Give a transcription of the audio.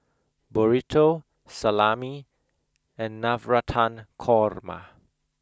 burrito salami and navratan korma